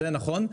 זה נכון,